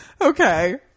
okay